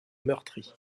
meurtri